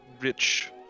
rich